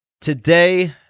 Today